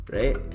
right